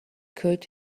could